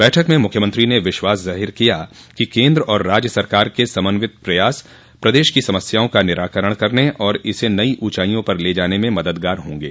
बैठक में मुख्यमंत्री ने विश्वास ज़ाहिर किया कि केन्द्र और राज्य सरकार के समन्वित प्रयास प्रदेश की समस्याओं का निराकरण करने और इसे नई ऊॅचाईयों पर ले जाने में मददगार होंगे